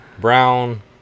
brown